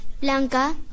Blanca